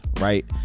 right